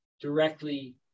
directly